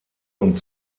und